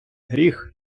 гріх